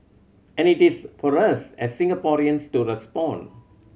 and it is for us as Singaporeans to respond